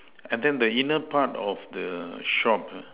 and then the inner part of the shop